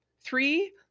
three